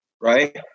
Right